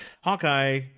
hawkeye